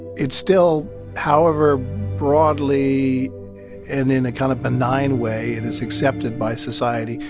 it's still however broadly and in a kind of benign way it is accepted by society,